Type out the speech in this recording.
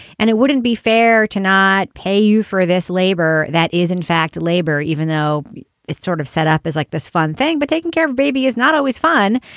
and it wouldn't be fair to not pay you for this labor that is, in fact, labor, even though it's sort of set up, is like this fun thing. but taking care of baby is not always fun.